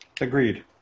Agreed